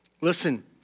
Listen